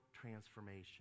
transformation